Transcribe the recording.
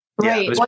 right